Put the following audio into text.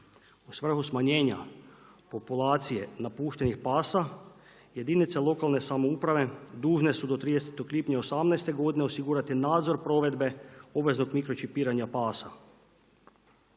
U svrhu smanjenja populacije napuštenih pasa, jedinica lokalne samouprave dužne su do 30. lipnja 2018. godine osigurati nadzor provedbe obveznog mikročipiranja pasa.